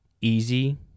easy